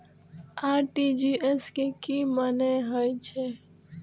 RTGS के की मानें हे छे?